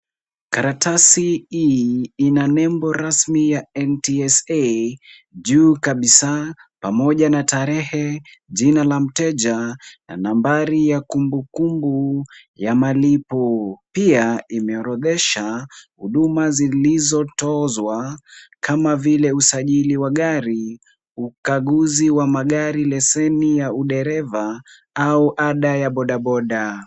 Karatasi hii ina nembo rasmi ya NTSA juu kabisa, pamoja na tarehe, jina la mteja, na nambari ya kumbukumbu ya malipo. Pia imeorodhesha huduma zilizotozwa, kama vile usajili wa gari, ukaguzi wa magari, leseni ya udereva, au ada ya bodaboda.